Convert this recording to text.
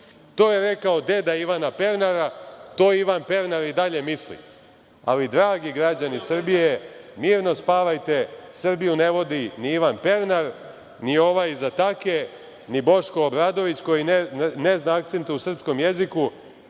To je rekao deda Ivana Pernara i to Ivan Pernar i dalje misli. Dragi građani Srbije, mirno spavajte, Srbiju ne vodi ni Ivan Pernar, ni ovaj iz Atake, ni Boško Obradović koji ne zna akcente u srpskom jeziku.